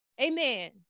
Amen